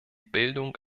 bildung